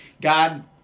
God